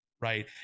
right